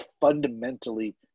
fundamentally